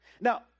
Now